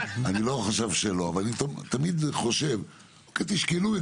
אני לא חושב שלא אבל תשקלו את